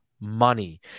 money